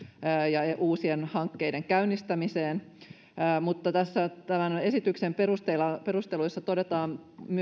ja ja uusien hankkeiden käynnistämiseen mutta tämän esityksen perusteluissa todetaan